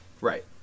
Right